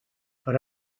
per